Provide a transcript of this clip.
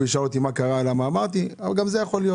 וישאל אותי מה קרה ולמה אמרתי מה שאמרתי.